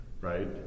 right